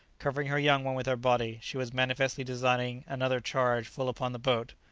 covering her young one with her body, she was manifestly designing another charge full upon the boat.